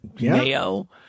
mayo